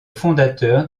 fondateur